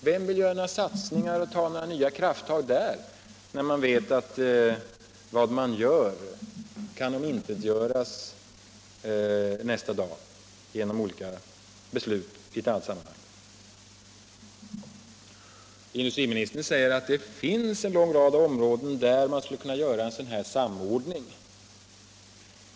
Vem vill göra några nya satsningar och ta några nya krafttag där, när man vet att vad man gör kan omintetgöras nästa dag genom olika beslut i annat sammanhang? Nr 15 Industriministern säger att det finns en lång rad av områden där man Tisdagen den skulle kunna göra en sådan samordning.